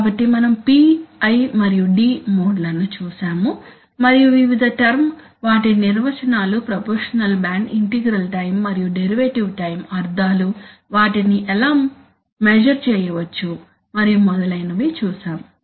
కాబట్టి మనం P I మరియు D మోడ్లను చూశాము మరియు వివిధ టర్మ్ వాటి నిర్వచనాలు ప్రపోర్షషనల్ బ్యాండ్ ఇంటిగ్రల్ టైం మరియు డెరివేటివ్ టైం అర్థాలు వాటిని ఎలా మెషర్ చేయవచ్చు మరియు మొదలైనవి చూశాము